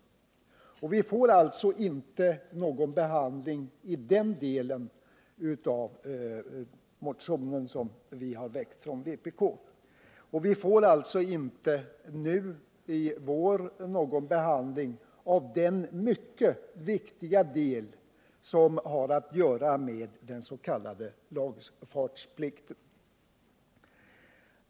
Vi får alltså inte någon behandling i vår av den mycket viktiga del som har att göra med den s.k. lagfartsplikten.